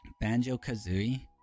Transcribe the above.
Banjo-Kazooie